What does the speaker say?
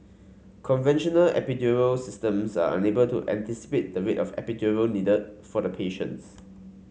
conventional epidural systems are unable to anticipate the rate of epidural needed for the patients